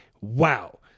Wow